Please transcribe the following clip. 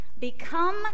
become